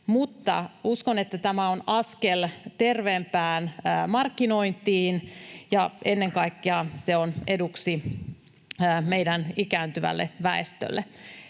uskon, että tämä on askel terveempään markkinointiin ja ennen kaikkea se on eduksi meidän ikääntyvälle väestölle.